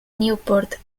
newport